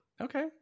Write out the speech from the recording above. okay